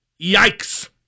Yikes